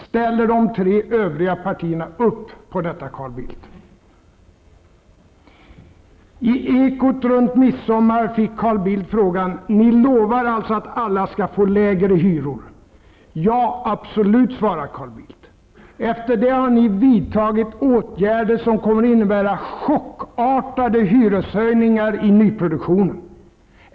Ställer de tre övriga partierna upp på detta, Carl Bildt? Bildt frågan: Ni lovar alltså att alla skall få lägre hyror? Ja, absolut, svarade Carl Bildt. Efter det har ni vidtagit åtgärder som kommer att innebära chockartade hyreshöjningar i nyproduktionen.